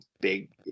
big